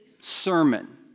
sermon